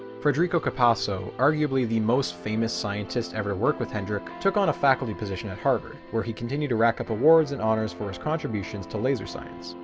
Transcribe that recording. fredrico capasso, arguably the most famous scientist ever to work with hendrik took on a faculty position at harvard where he continued to rack up awards and honors for his contributions to laser science.